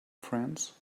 friends